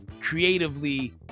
creatively